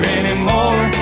anymore